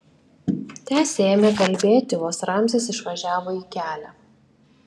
tęsė ėmė kalbėti vos ramzis išvažiavo į kelią